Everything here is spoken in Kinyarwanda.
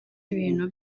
ibintu